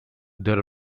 there